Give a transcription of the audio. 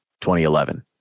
2011